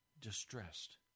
distressed